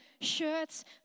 shirts